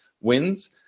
wins